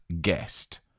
guest